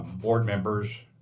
board members,